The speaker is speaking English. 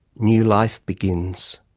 new life begins,